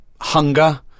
Hunger